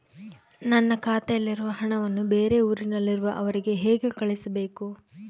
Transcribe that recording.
ನನ್ನ ಖಾತೆಯಲ್ಲಿರುವ ಹಣವನ್ನು ಬೇರೆ ಊರಿನಲ್ಲಿರುವ ಅವರಿಗೆ ಹೇಗೆ ಕಳಿಸಬೇಕು?